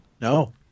No